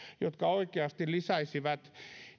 jotka oikeasti lisäisivät